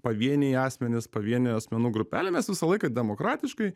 pavieniai asmenys pavienių asmenų grupelė mes visą laiką demokratiškai